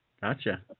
gotcha